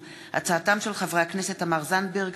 בעקבות דיון מהיר בהצעתם של חברי הכנסת תמר זנדברג,